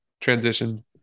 transition